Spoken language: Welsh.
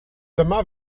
dyma